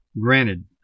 Granted